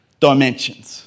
dimensions